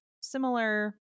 similar